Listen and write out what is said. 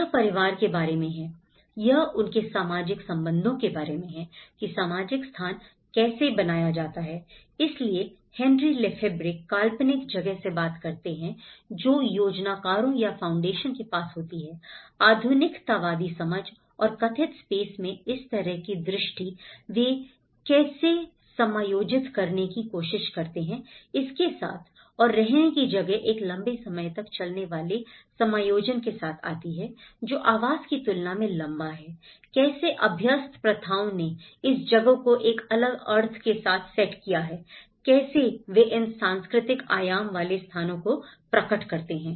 यह परिवार के बारे में है यह उनके सामाजिक संबंधों के बारे में है कि सामाजिक स्थान कैसे बनाया जाता है इसलिए हेनरी लेफेब्रे काल्पनिक जगह से बात करते हैं जो योजनाकारों या फाउंडेशन के पास होती है आधुनिकतावादी समझ और कथित स्पेस में इस तरह की दृष्टि वे कैसे समायोजित करने की कोशिश करते हैं इसके साथ और रहने की जगह एक लंबे समय तक चलने वाले समायोजन के साथ आती है जो आवास की तुलना में लंबा है कैसे अभ्यस्त प्रथाओं ने इस जगह को एक अलग अर्थ के साथ सेट किया कैसे वे इन सांस्कृतिक आयाम वाले स्थानों को प्रकट करते हैं